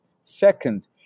Second